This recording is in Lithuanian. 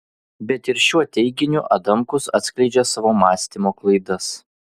bet ir šiuo teiginiu adamkus atskleidžia savo mąstymo klaidas